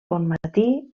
bonmatí